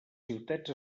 ciutats